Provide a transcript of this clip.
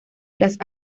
las